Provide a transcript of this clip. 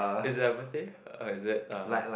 is it or is it uh